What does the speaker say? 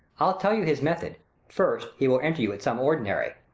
i'll tell you his method first, he will enter you at some ordinary.